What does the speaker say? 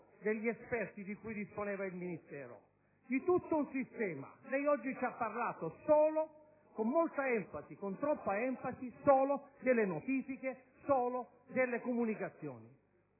degli esperti di cui disponeva il Ministero, di tutto il sistema. Lei invece oggi ci ha parlato, con molta - anzi troppa - enfasi, solo delle notifiche, solo delle comunicazioni,